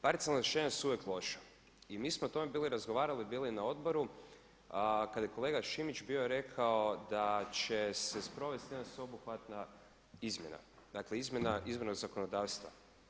Parcijalna rješenja su uvijek loša i mi smo o tome razgovarali na odboru kada je kolega Šimić bio rekao da će se sprovesti jedna sveobuhvatna izmjena, dakle izmjena zakonodavstva.